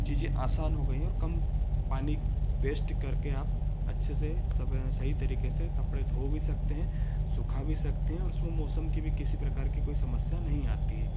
चीज़ें आसान हो गई हैं और कम पानी वेस्ट करके आप अच्छे से सब सही तरीके से कपड़े धो भी सकते हैं सुखा भी सकते हैं और उसमें मौसम की भी किसी प्रकार की कोई समस्या नहीं आती है